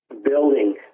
building